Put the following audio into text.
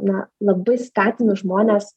na labai skatinu žmones